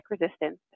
resistance